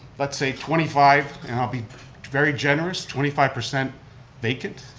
let's say twenty five, and i'll be very generous, twenty five percent vacant.